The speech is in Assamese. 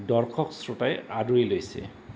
দৰ্শক শ্ৰোতাই আদৰি লৈছে